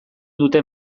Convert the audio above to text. dute